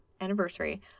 anniversary